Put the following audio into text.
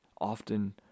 Often